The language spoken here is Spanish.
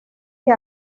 que